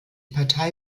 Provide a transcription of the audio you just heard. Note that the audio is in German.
partei